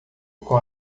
com